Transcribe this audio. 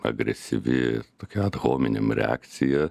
agresyvi tokia adhominėm reakcija